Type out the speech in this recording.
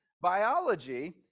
biology